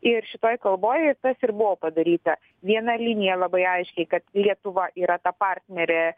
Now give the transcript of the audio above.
ir šitoj kalboj tas ir buvo padaryta viena linija labai aiškiai kad lietuva yra ta partnerė